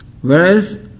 Whereas